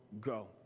go